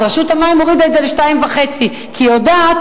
אז רשות המים הורידה את זה ל-2.5 כי היא יודעת